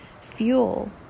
fuel